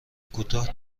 کوتاه